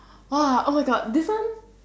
!wah! oh my god this one